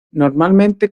normalmente